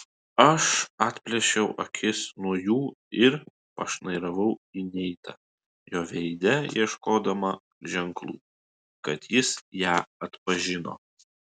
aš atplėšiau akis nuo jų ir pašnairavau į neitą jo veide ieškodama ženklų kad jis ją atpažino